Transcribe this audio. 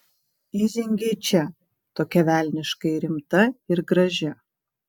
įžengei čia tokia velniškai rimta ir graži